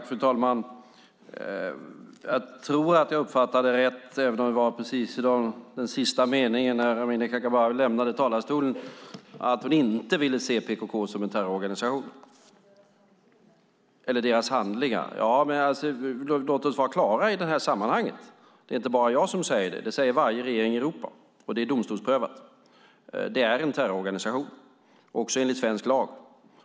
Fru talman! Jag tror att jag uppfattade Amineh Kakabavehs sista mening, precis när hon lämnade talarstolen, rätt. Hon ville inte se PKK som en terrororganisation eller deras handlingar som terror. Jo, låt oss vara klara i det här sammanhanget. Det är inte bara jag som säger det. Det säger varje regering i Europa och det är domstolsprövat. Det är en terrororganisation, också enligt svensk lag.